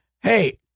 Hey